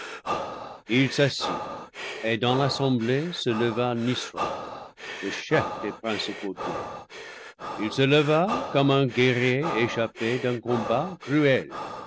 ii s'assit et dans l'assemblée se leva nisroc le chef des principautés il se leva comme un guerrier échappé d'un coin bat cruel